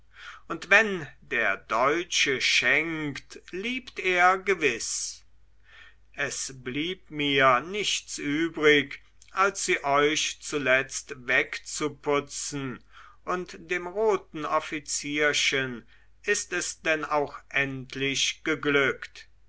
und wenn der deutsche schenkt liebt er gewiß es blieb mir nichts übrig als sie euch zuletzt wegzuputzen und dem roten offizierchen ist es denn auch endlich geglückt